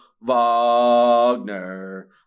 Wagner